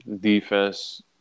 defense